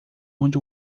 onde